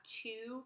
two